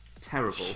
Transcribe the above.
terrible